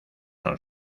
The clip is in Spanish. son